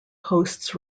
hosts